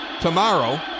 tomorrow